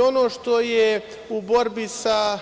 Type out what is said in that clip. Ono što je u borbi sa